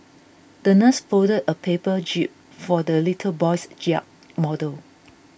the nurse folded a paper jib for the little boy's yacht model